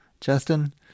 Justin